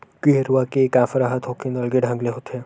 गेरवा ले कांसरा ह थोकिन अलगे ढंग ले होथे